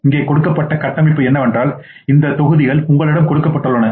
இங்கே கொடுக்கப்பட்ட கட்டமைப்பு என்னவென்றால் இந்த தொகுதிகள் உங்களிடம் கொடுக்கப்பட்டுள்ளன